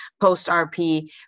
post-RP